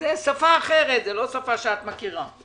זו שפה אחרת, זו לא שפה שאת מכירה.